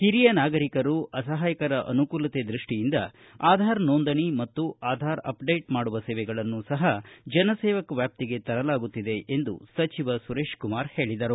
ಹಿರಿಯ ನಾಗರಿಕರು ಅಸಹಾಯಕರ ಅನುಕೂಲತೆ ದೃಷ್ಷಿಯಿಂದ ಆಧಾರ್ ನೊಂದಣಿ ಮತ್ತು ಆಧಾರ್ ಅಪ್ನೇಟ್ ಮಾಡುವ ಸೇವೆಗಳನ್ನು ಸಹ ಜನಸೇವಕ ವ್ಯಾಪ್ತಿಗೆ ತರಲಾಗುತ್ತಿದೆ ಎಂದು ಸಚಿವ ಸುರೇಶಕುಮಾರ ಹೇಳಿದರು